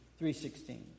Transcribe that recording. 3.16